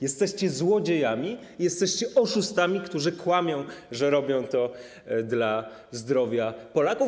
Jesteście złodziejami i jesteście oszustami, którzy kłamią, że robią to dla zdrowia Polaków.